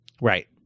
Right